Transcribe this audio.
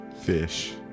Fish